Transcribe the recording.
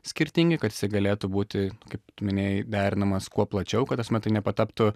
skirtingai kad jisai galėtų būti kaip tu minėjai derinamas kuo plačiau kad ta prasme tai nepataptų